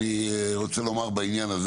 אני רוצה לומר משהו בעניין הזה,